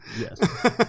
Yes